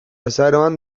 azaroan